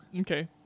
Okay